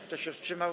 Kto się wstrzymał?